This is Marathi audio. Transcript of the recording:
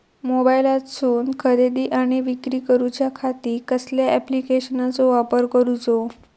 मोबाईलातसून खरेदी आणि विक्री करूच्या खाती कसल्या ॲप्लिकेशनाचो वापर करूचो?